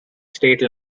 state